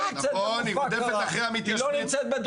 היא לא נמצאת במופקרה,